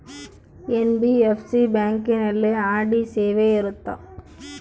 NBFC ಬ್ಯಾಂಕಿನಲ್ಲಿ RD ಸೇವೆ ಇರುತ್ತಾ?